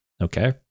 Okay